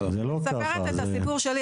מספרת את הסיפור שלי.